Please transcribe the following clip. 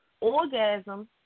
Orgasm